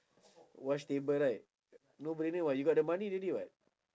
wash table right no-brainer [what] you got the money already [what]